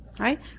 Right